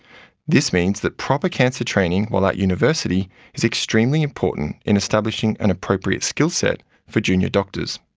this means that proper cancer training while at university is extremely important in establishing an appropriate skill set for junior doctors.